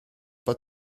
pas